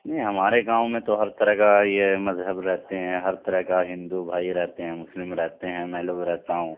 نہیں ہمارے گاؤں میں تو ہر طرح کا یہ مذہب رہتے ہیں ہر طرح کا ہندو بھائی رہتے ہیں مسلم رہتے ہیں میں لوگ رہتا ہوں